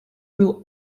will